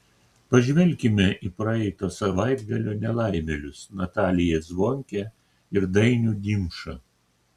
pažvelkime į praeito savaitgalio nelaimėlius nataliją zvonkę ir dainių dimšą